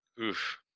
Oof